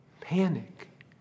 panic